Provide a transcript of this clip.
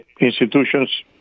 institutions